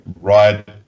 right